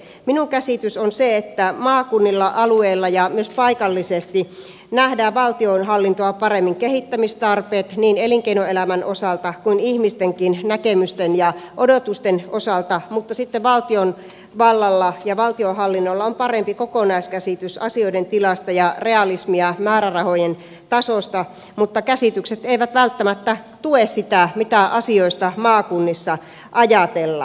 minun käsitys on se että maakunnilla alueilla ja myös paikallisesti nähdään valtionhallintoa paremmin kehittämistarpeet niin elinkeinoelämän osalta kuin ihmistenkin näkemysten ja odotusten osalta mutta sitten valtiovallalla ja valtionhallinnolla on parempi kokonaiskäsitys asioiden tilasta ja realismia määrärahojen tasosta mutta käsitykset eivät välttämättä tue sitä mitä asioista maakunnissa ajatellaan